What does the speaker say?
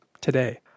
today